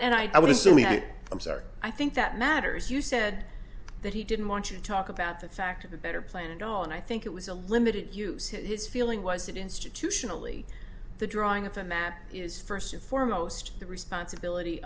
and i would assume that i'm sorry i think that matters you said that he didn't want to talk about the fact of a better plan at all and i think it was a limited use his feeling was that institutionally the drawing of the map is first and foremost the responsibility